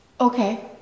okay